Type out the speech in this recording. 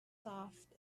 soft